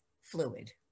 fluid